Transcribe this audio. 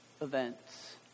events